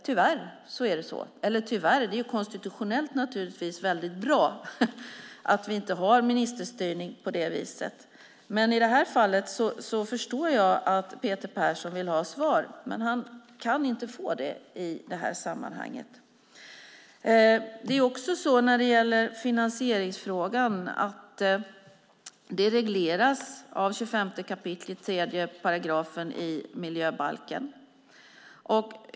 Jag höll på att säga att det tyvärr är så, men konstitutionellt är det naturligtvis mycket bra att vi inte har ministerstyre på det viset. I det här fallet förstår jag att Peter Persson vill ha svar. Men han kan inte få det i det här sammanhanget. Finansieringsfrågan regleras av 25 kap. 3 § miljöbalken.